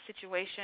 situation